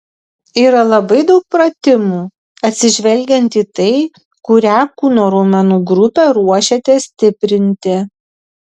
yra labai daug pratimų atsižvelgiant į tai kurią kūno raumenų grupę ruošiatės stiprinti